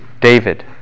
David